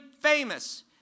famous